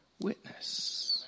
witness